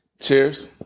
Cheers